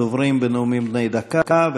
אחרון הדוברים בנאומים בני דקה,